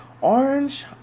Orange